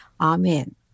amen